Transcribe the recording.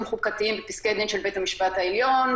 חוקתיים בפסקי-דין של בית-המשפט העליון,